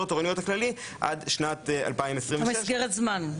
התורנויות הכללי עד שנת 2026. מסגרת זמן,